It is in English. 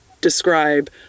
describe